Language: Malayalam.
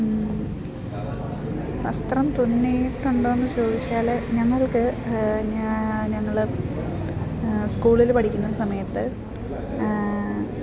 വസ്ത്രം തുന്നിയിട്ടുണ്ടോ എന്ന് ചോദിച്ചാൽ ഞങ്ങൾക്ക് ഞങ്ങൾ സ്കൂളിൽ പഠിക്കുന്ന സമയത്ത്